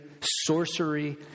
sorcery